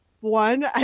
one